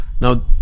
now